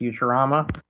Futurama